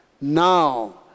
Now